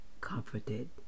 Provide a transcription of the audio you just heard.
comforted